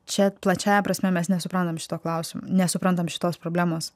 čia plačiąja prasme mes nesuprantam šito klausimo nesuprantam šitos problemos